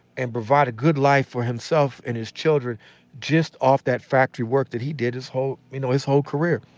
and provide a good life for himself and his children just off that factory work that he did his whole you know his whole career.